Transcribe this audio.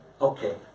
Okay